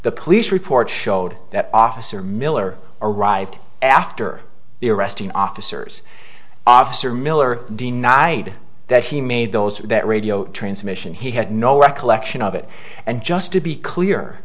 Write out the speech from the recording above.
the police report showed that off miller arrived after the arresting officers officer miller denied that he made those that radio transmission he had no recollection of it and just to be clear